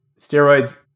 steroids